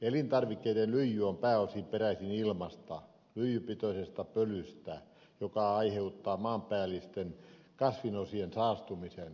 elintarvikkeiden lyijy on pääosin peräisin ilmasta lyijypitoisesta pölystä joka aiheuttaa maanpäällisten kasvinosien saastumisen